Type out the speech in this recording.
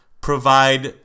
provide